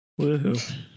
Woohoo